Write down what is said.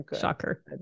Shocker